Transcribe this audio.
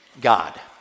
God